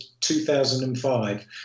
2005